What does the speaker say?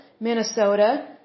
Minnesota